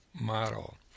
model